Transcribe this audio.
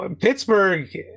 Pittsburgh